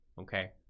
Okay